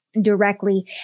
directly